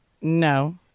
no